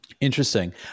Interesting